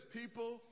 people